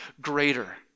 greater